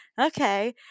okay